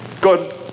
Good